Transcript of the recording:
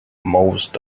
most